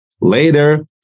Later